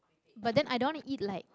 but then I don't want to eat like